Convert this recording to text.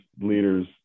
leaders